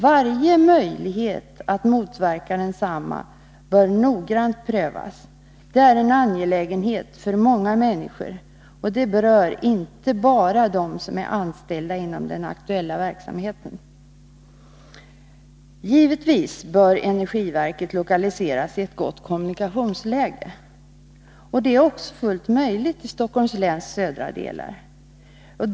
Varje möjlighet att motverka densamma bör noggrant prövas. Det är en angelägenhet för många människor och berör inte bara dem som är anställda inom den aktuella verksamheten. Givetvis bör energiverket lokaliseras i ett gott kommunikationsläge. Detta är också fullt möjligt i Stockholms läns södra delar.